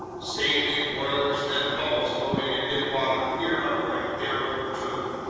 staved-in boilers, then hulls floating in midwater, here upright, there overturned.